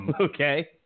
Okay